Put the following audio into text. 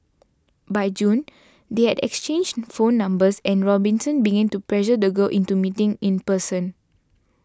by June they had exchanged phone numbers and Robinson began to pressure the girl into meeting in person